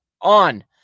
on